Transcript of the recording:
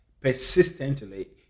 persistently